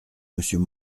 monsieur